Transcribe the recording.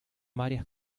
varias